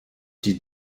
die